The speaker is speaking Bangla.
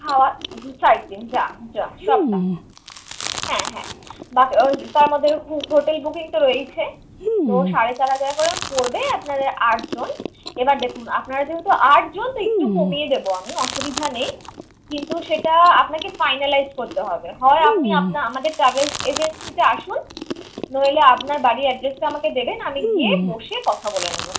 খাওয়া ঘু চার দিন যা যা সবটা হ্যাঁ হ্যাঁ বাকি তার মধ্যে হো হোটেল বুকিং তো রয়েইছে তো সাড়ে চার হাজার করে পড়বে আপনাদের আট জন এবার দেখুন আপনারা যেহতু আট জন তো একটু কমিয়ে দেবো আমি অসুবিধা নেই কিন্তু সেটা আপনাকে ফাইনালাইস করতে হবে হয় আপনি আপনা আমাদের ট্রাভেলস এজেন্সিতে আসুন নইলে আপনার বাড়ির অ্যাড্রেসটা আমাকে দেবেন আমি গিয়ে বসে কথা বলে নেবো